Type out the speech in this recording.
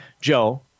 Joe